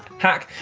hack.